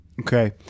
Okay